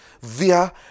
via